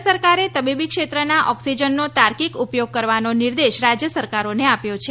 કેન્દ્ર સરકારે તબીબી ક્ષેત્રના ઓક્સીજનનો તાર્કિક ઉપયોગ કરવાનો નિર્દેશ રાજ્ય સરકારોને આપ્યો છે